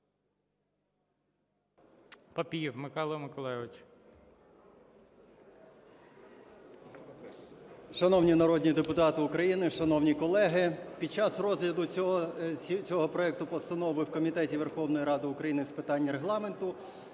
ПАПІЄВ М.М. Шановні народні депутати України, шановні колеги! Під час розгляду цього проекту постанови в Комітеті Верховної Ради України з питань Регламенту